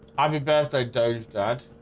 i'll be birthday days dad